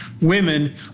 women